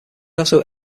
also